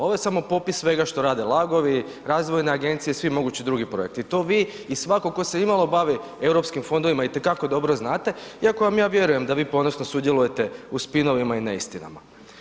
Ovo je samo popis svega što rade LAG-ovi, razvojne agencije i svi mogući drugi projekti, to vi i svatko tko se imalo bavi EU fondovima i te kako dobro znate, iako vam ja vjerujem da vi ponosno sudjelujete u spinovima i neistinama.